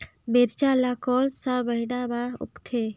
मिरचा ला कोन सा महीन मां उगथे?